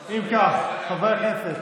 אם כך, חברי הכנסת,